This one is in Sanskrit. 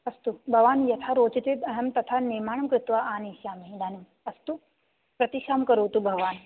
अस्तु भवान् यथा रोचते अहं तथा निर्माणं कृत्वा आनेष्यामि इदानीम् अस्तु प्रतीक्षां करोतु भवान्